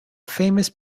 famous